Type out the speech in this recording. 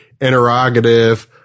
interrogative